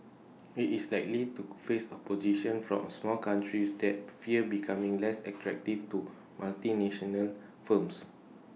IT is likely to face opposition from small countries that fear becoming less attractive to multinational firms